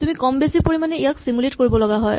তুমি কম বেছি পৰিমাণে ইয়াক চিমুলেট কৰিব লগা হয়